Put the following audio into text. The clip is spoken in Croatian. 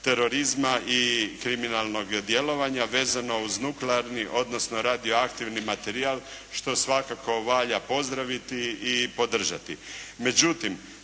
i kriminalnog djelovanja vezano uz nuklearni odnosno radioaktivni materijal što svakako valja pozdraviti i podržati.